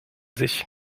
sich